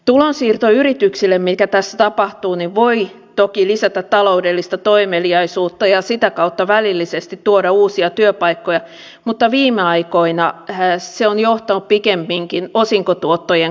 tulonsiirto yrityksille mikä tässä tapahtuu voi toki lisätä taloudellista toimeliaisuutta ja sitä kautta välillisesti tuoda uusia työpaikkoja mutta viime aikoina se on johtanut pikemminkin osinkotuottojen kasvuun